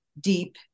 deep